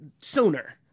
sooner